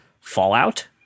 Fallout